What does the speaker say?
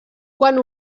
quan